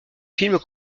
film